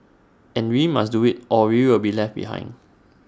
and we must do IT or we'll be left behind